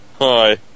Hi